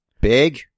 Big